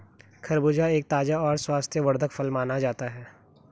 खरबूजा एक ताज़ा और स्वास्थ्यवर्धक फल माना जाता है